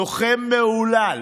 לוחם מהולל,